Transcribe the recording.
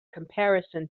comparison